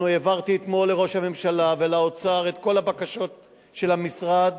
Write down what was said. העברתי אתמול לראש הממשלה ולאוצר את כל הבקשות של המשרד